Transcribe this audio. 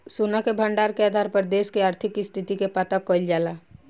सोना के भंडार के आधार पर देश के आर्थिक स्थिति के पता कईल जाला